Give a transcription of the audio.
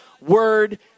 word